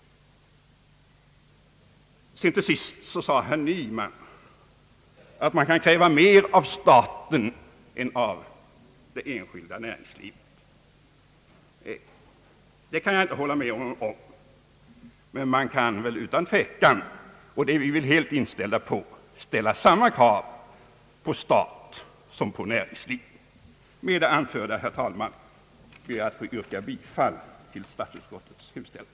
Slutligen sade herr Nman att man kan kräva mer av staten än av det enskilda näringslivet. Det kan jag inte hålla med honom om. Men man kan utan tvekan, det är vi helt överens om, ställa samma krav på staten som på näringslivet. Med det anförda, herr talman, ber jag att få yrka bifall till statsutskottets hemställan.